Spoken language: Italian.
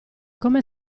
come